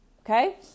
Okay